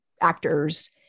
actors